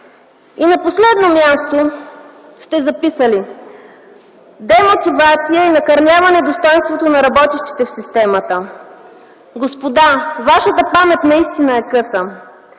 И на последно място сте записали: демотивация и накърняване достойнството на работещите в системата. Господа, вашата памет наистина е къса!